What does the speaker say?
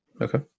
okay